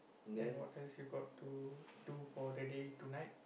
then what else you got to do for the day tonight